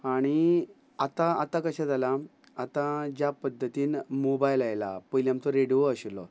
आनी आतां आतां कशें जाला आतां ज्या पद्दतीन मोबायल आयला पयलीं आमचो रेडिओ आशिल्लो